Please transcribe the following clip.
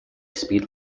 speed